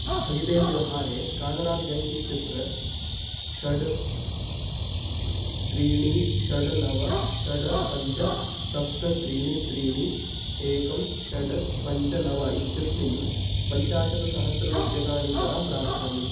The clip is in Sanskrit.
स्थगिते व्यवहारे कानरा ब्याङ्क् इत्यत्र षड् त्रीणि षड् नव षड् पञ्च सप्त त्रीणि त्रीणि एकं षड् पञ्च नव इत्यस्मिन् पञ्चाशत्सहस्रं रूप्यकाणि कदा प्राप्स्यामि